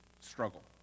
struggle